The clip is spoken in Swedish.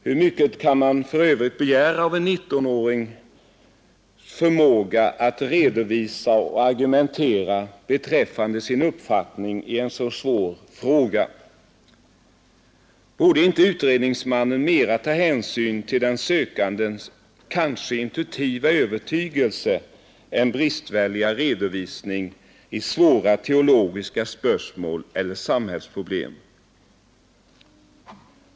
Hur mycket kan man för övrigt begära av en 19-årings förmåga att redovisa och argumentera beträffande sin uppfattning i en sådan svår fråga? Borde inte utredningsmannen mera ha tagit hänsyn till den sökandes kanske intuitiva övertygelse än bristfälliga redovisning av svåra teologiska spörsmål eller samhällsproblem.